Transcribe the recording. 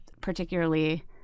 particularly